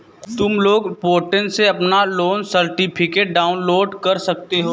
तुम loan portal से अपना लोन सर्टिफिकेट डाउनलोड कर सकते हो